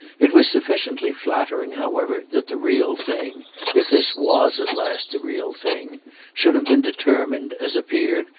it was sufficiently flattering however that the real thing if this was at last the real thing should have been determined, as appeared,